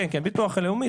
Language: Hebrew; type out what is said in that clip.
כן, כן, ביטוח לאומי.